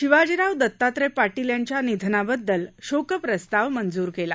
शिवाजीराव दतात्रय पाटील यांच्या निधनाबद्दल शोकप्रस्ताव मंजूर केला